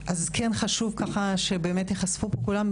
אז כן חשוב שבאמת ייחשפו פה כולם.